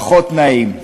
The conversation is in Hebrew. פחות נעים.